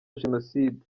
jenoside